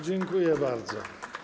Dziękuję bardzo.